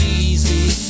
easy